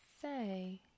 say